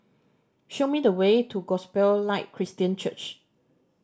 show me the way to Gospel Light Christian Church